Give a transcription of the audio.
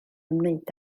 ymwneud